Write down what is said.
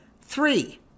Three